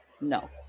No